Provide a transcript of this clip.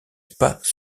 pas